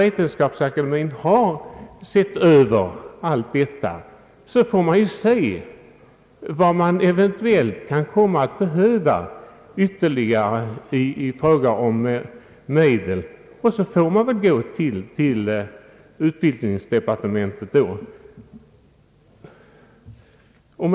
Utskottet menar att ställning till frågan om ytterligare medel till Akademiens verksamhet får tas sedan Akademien själv verkställt en översyn av dessa frågor.